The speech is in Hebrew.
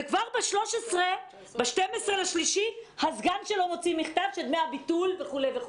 וכבר ב-12 במרץ הסגן שלו הוציא מכתב על דמי הביטול וכולי.